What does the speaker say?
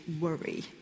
worry